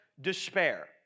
despair